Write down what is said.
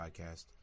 podcast